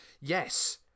yes